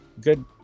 Good